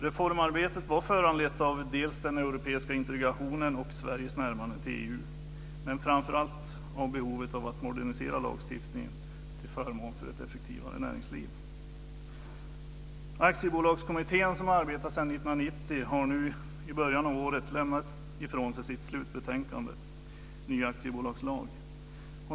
Reformarbetet var föranlett av den europeiska integrationen och Sveriges närmande till EU, men framför allt av behovet av att modernisera lagstiftningen till förmån för ett effektivare näringsliv. Aktiebolagskommittén, som arbetat sedan 1990, har nu i början av året lämnat ifrån sig sitt slutbetänkande, Ny aktiebolagslag.